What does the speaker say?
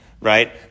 right